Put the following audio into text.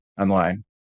online